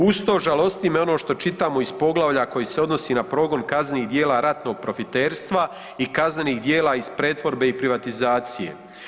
Uz to žalosti me ono što čitamo iz poglavlja koji se odnosi na progon kaznenih djela ratnog profiterstva i kaznenih djela iz pretvorbe i privatizacije.